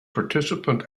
participant